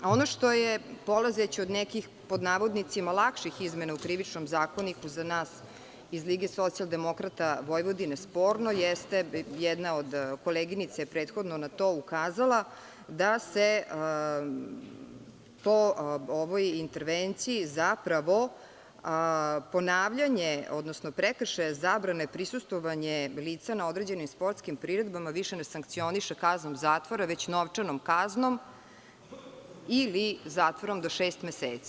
Ono što je polazeći od nekih „lakših“ izmena u Krivičnom zakoniku za nas iz LSV sporno jeste, jedna od koleginica je prethodno na to ukazala, da se po ovoj intervenciji zapravo ponavljanje, odnosno prekršaj zabrane prisustvovanja lica na određenim sportskim priredbama više ne sankcioniše kaznom zatvora, već novčanom kaznom ili zatvorom do šest meseci.